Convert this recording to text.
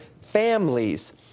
families